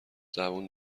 زبون